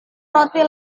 roti